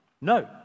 No